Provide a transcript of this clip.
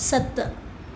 सत